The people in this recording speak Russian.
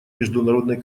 международной